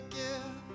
give